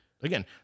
Again